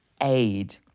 aid